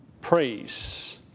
praise